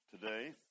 today